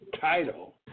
title